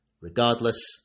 Regardless